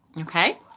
okay